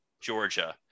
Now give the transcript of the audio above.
Georgia